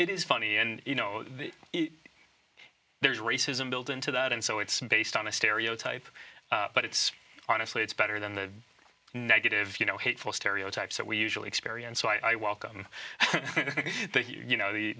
it is funny and you know the there's racism built into that and so it's based on a stereotype but it's honestly it's better than the negative you know hateful stereotypes that we usually experience so i welcome you know